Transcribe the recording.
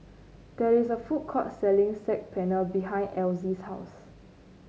there is a food court selling Saag Paneer behind Elzy's house